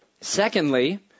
Secondly